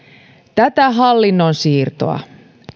tätä hallinnon siirtoa